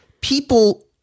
people